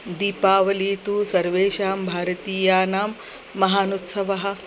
दीपावली तु सर्वेषां भारतीयानां महानोत्सवः